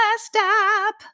stop